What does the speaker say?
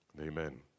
Amen